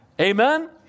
Amen